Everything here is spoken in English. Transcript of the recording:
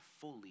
fully